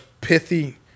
pithy